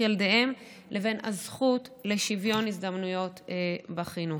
ילדיהם לבין הזכות לשוויון הזדמנויות בחינוך.